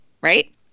right